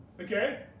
Okay